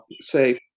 say